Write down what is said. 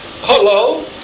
Hello